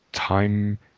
time